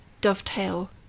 dovetail